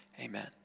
Amen